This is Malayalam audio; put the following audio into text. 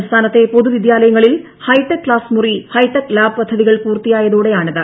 സംസ്ഥാനത്തെ പൊതുവിദൃാലയങ്ങളിൽ ഹൈടെക് ക്ളാസ്മുറി ഹൈടെക് ലാബ് പദ്ധതികൾ പൂർത്തിയായത്യോടെയാണിത്